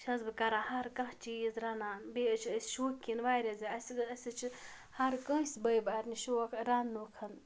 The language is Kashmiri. چھَس بہٕ کَران ہر کانٛہہ چیٖز رَنان بیٚیہِ حظ چھِ أسۍ شوقیٖن واریاہ زیادٕ اَسہِ حظ اَسہِ حظ چھِ ہر کٲنٛسہِ بٲے بارنِس شوق رَننُکھن